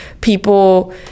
people